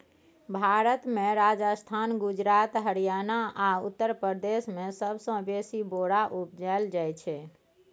भारत मे राजस्थान, गुजरात, हरियाणा आ उत्तर प्रदेश मे सबसँ बेसी बोरा उपजाएल जाइ छै